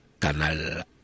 Canal